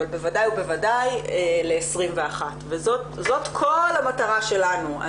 אבל בוודאי ובוודאי ל-2021 וזאת כל המטרה שלנו.